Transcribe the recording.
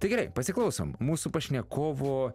tai gerai pasiklausom mūsų pašnekovo